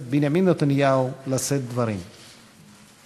לצד התפקיד הבכיר שמילא ולצד זכויותיו הרבות כמפקד בכיר